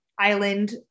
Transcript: island